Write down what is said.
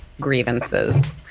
grievances